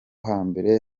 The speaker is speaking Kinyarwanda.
hambere